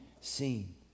seen